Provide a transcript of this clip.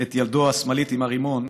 את ידו השמאלית עם הרימון,